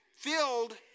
filled